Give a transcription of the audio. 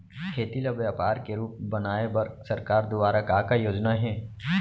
खेती ल व्यापार के रूप बनाये बर सरकार दुवारा का का योजना हे?